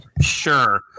Sure